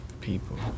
People